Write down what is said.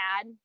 add